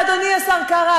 ואדוני השר קרא,